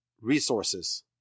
resources